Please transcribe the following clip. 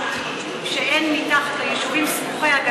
שאין מתחת היישובים סמוכי-הגדר מנהרות?